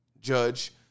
Judge